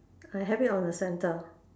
I have it on the centre